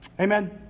Amen